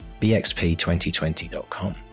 bxp2020.com